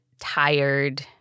tired